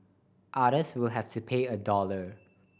others will have to pay a dollar